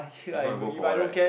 if not you work for what right